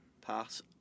pass